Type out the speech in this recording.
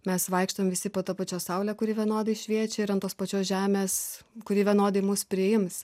mes vaikštom visi po ta pačia saule kuri vienodai šviečia ir ant tos pačios žemės kuri vienodai mus priims